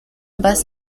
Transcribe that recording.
bus